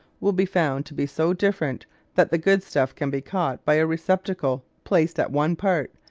will be found to be so different that the good stuff can be caught by a receptacle placed at one part,